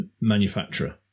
manufacturer